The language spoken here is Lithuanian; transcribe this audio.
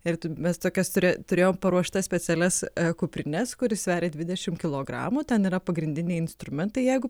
ir tu mes tokias turė turėjom paruoštas specialias kuprines kuri sveria dvidešim kilogramų ten yra pagrindiniai instrumentai jeigu